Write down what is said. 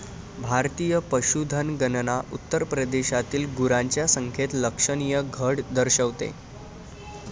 भारतीय पशुधन गणना उत्तर प्रदेशातील गुरांच्या संख्येत लक्षणीय घट दर्शवते